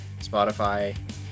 spotify